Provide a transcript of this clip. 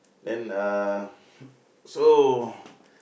then uh so